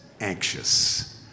anxious